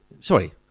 sorry